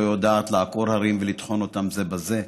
יודעת לעקור הרים ולטחון אותם זה בזה.